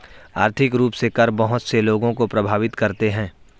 आर्थिक रूप से कर बहुत से लोगों को प्राभावित करते हैं